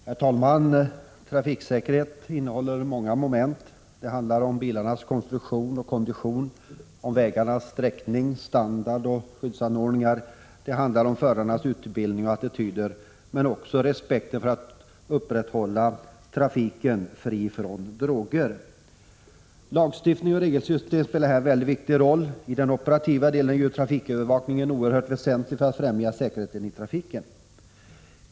Herr talman! Trafiksäkerhet innehåller många moment. Det handlar om bilarnas konstruktion och kondition, vägarnas sträckning, standard och skyddsanordningar, förarnas utbildning och attityder men också om respekten för att uppträda i trafiken fri från droger. Lagstiftning och regelsystem spelar här en mycket viktig roll. I den operativa delen är trafikövervakningen oerhört väsentlig för att främja säkerheten i trafiken.